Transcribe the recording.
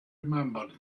remembered